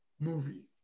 movie